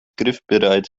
griffbereit